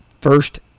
First